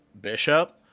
Bishop